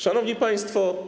Szanowni Państwo!